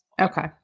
Okay